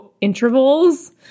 intervals